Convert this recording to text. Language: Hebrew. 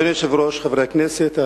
אדוני היושב-ראש, חברי הכנסת,